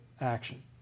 action